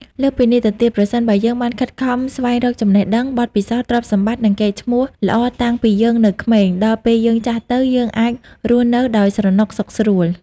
លើសពីនេះទៀត ប្រសិនបើយើងបានខិតខំស្វែងរកចំណេះដឹង បទពិសោធន៍ ទ្រព្យសម្បត្តិ និងកេរ្ដិ៍ឈ្មោះល្អតាំងពីយើងនៅក្មេង ដល់ពេលយើងចាស់ទៅ យើងអាចរស់នៅដោយស្រណុកសុខស្រួល។